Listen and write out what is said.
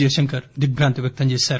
జైశంకర్ దిగ్భాంతి వ్యక్తం చేశారు